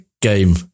game